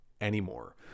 anymore